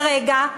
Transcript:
כרגע,